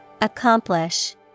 Accomplish